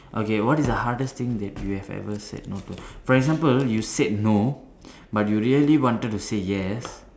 okay what is the hardest thing that you have ever said no to for example you said no but you really wanted to say yes